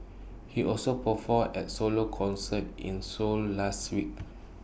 he also performed at solo concerts in Seoul last week